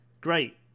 Great